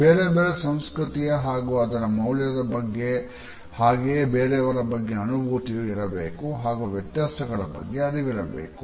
ಬೇರೆ ಬೇರೆ ಸಂಸ್ಕೃತಿಯ ಬಗ್ಗೆ ಹಾಗು ಅದರ ಮೌಲ್ಯದ ಬಗ್ಗೆ ಹಾಗೆಯೆ ಬೇರೆಯವರ ಬಗ್ಗೆ ಅನುಭೂತಿಯು ಇರಬೇಕು ಹಾಗು ವ್ಯತ್ಯಾಸಗಳ ಬಗ್ಗೆ ಅರಿವಿರಬೇಕು